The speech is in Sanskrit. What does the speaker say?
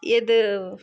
यद्